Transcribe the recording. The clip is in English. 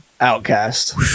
Outcast